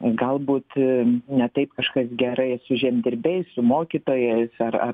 gal būti ne taip kažkas gerai su žemdirbiais su mokytojais ar ar